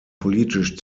politisch